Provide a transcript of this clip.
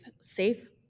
safe